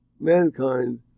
mankind